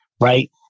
Right